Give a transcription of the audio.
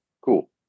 cool